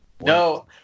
no